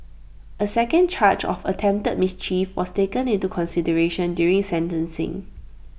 A second charge of attempted mischief was taken into consideration during sentencing